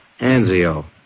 Anzio